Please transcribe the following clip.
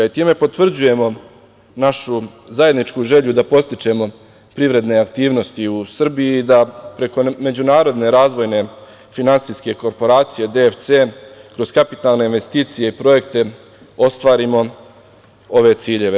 Time potvrđujemo našu zajedničku želju da podstičemo privredne aktivnosti u Srbiji i da preko međunarodne razvojne finansijske korporacije DFC, kroz kapitalne investicije i projekte ostvarimo ove ciljeve.